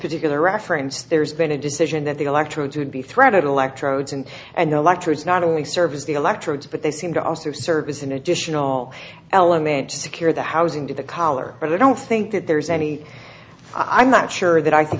particular reference there's been a decision that the electrodes would be threaded electrodes in and electrodes not only serve as the electrodes but they seem to also serve as an additional element to secure the housing to the collar but i don't think that there's any i'm not sure that i think